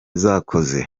zakoze